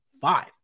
five